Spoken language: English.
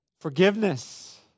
Forgiveness